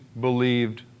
believed